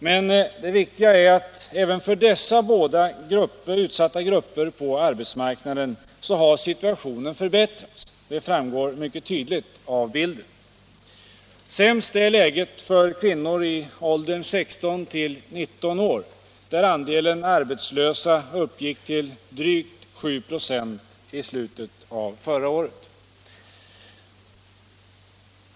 Men det viktiga är att även för dessa båda utsatta grupper på arbetsmarknaden har situationen förbättrats — det framgår mycket tydligt av bilden. Sämst är läget för kvinnor i åldern 16-19 år, där andelen arbetslösa uppgick till drygt 796 i slutet av förra året.